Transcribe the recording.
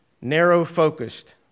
narrow-focused